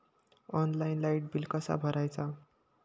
Online light bill कसा भरायचा?